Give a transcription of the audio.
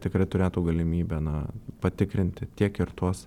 tikrai turėtų galimybę na patikrinti tiek ir tuos